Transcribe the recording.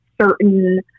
certain